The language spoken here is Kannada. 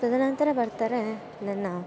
ತದ ನಂತರ ಬರ್ತಾರೆ ನನ್ನ